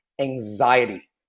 anxiety